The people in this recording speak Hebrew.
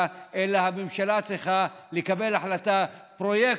אלא הממשלה צריכה לקבל החלטה: פרויקט,